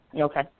Okay